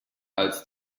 als